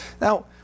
Now